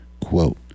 Quote